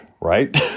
right